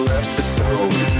episode